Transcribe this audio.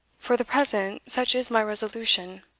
for the present, such is my resolution,